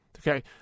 okay